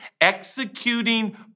executing